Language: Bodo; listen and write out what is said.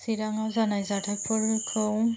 चिरांआव जानाय जाथायफोरखौ